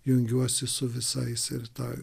jungiuosi su visais ir ta